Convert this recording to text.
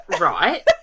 Right